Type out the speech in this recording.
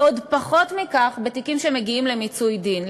ועוד פחות מכך בתיקים שמגיעים למיצוי דין.